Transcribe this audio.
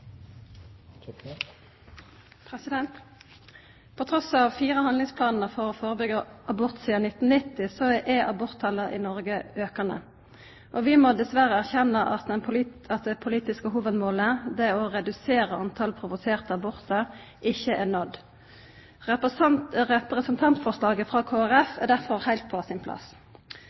aborttala i Noreg aukande. Vi må dessverre erkjenna at det politiske hovudmålet, å redusera talet på provoserte abortar, ikkje er nådd. Representantforslaget frå Kristeleg Folkeparti er derfor heilt på sin plass.